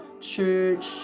church